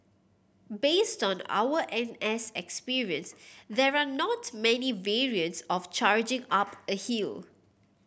based on our N S experience there are not many variants of charging up a hill